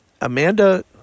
Amanda